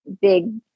big